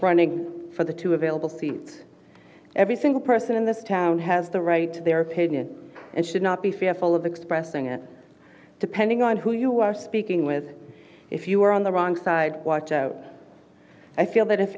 running for the two available seats every single person in this town has the right to their opinion and should not be fearful of expressing it depending on who you are speaking with if you are on the wrong side watch out i feel that if